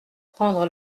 prendre